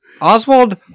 Oswald